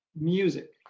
Music